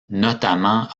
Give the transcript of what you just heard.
notamment